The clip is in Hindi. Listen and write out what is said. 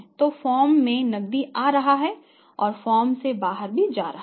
तो फर्म में नकदी आ रहा है और फर्म से बाहर भी जा रहा है